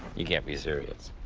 you can't be serious.